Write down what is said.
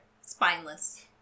Spineless